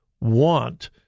want